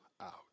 out